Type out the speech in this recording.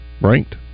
Ranked